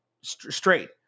straight